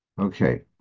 Okay